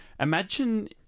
imagine